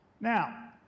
Now